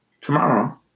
Tomorrow